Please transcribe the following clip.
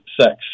sex